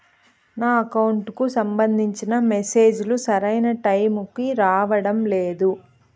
నా అకౌంట్ కు సంబంధించిన మెసేజ్ లు సరైన టైము కి రావడం లేదు